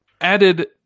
added